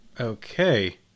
Okay